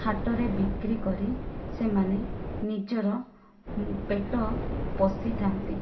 ହାଟରେ ବିକ୍ରିକରି ସେମାନେ ନିଜର ପେଟ ପୋଷିଥା'ନ୍ତି